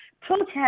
protest